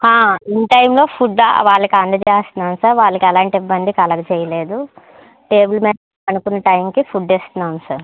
in టైంలో food ఆ వాళ్ళకి అందచేస్తున్నాను సార్ వాళ్ళకి ఎలాంటి ఇబ్బంది కలగ చేయలేదు టేబుల్ మీద అనుకున్న టైంకి ఫుడ్ ఇస్తున్నాం సార్